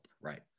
right